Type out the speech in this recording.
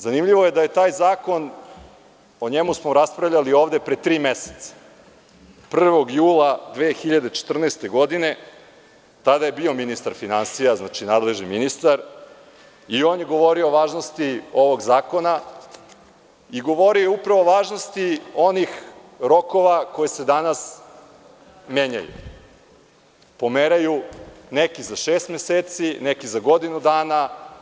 Zanimljivo je da smo o tom zakonu ovde raspravljali pre tri meseca, 1. jula 2014. godine, tada je bio ministar finansija, nadležni ministar, i on je govorio o važnosti ovog zakona i govorio je upravo o važnosti onih rokova koji se danas menjaju i pomeraju, neki za šest meseci, neki za godinu dana.